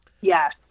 Yes